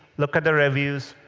look at the reviews,